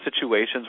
situations